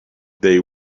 they